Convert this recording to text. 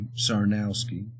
Sarnowski